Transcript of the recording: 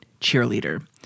cheerleader